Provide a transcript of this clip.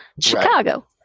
Chicago